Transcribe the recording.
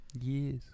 Yes